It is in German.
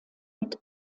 mit